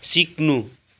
सिक्नु